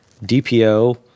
DPO